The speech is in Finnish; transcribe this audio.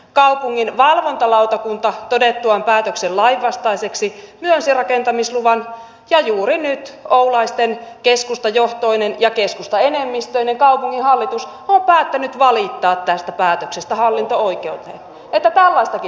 kaupungin valvontalautakunta todettuaan päätöksen lainvastaiseksi myönsi rakentamisluvan ja juuri nyt oulaisten keskustajohtoinen ja keskustaenemmistöinen kaupunginhallitus on päättänyt valittaa tästä päätöksestä hallinto oikeuteen